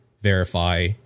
verify